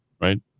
Right